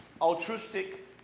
Altruistic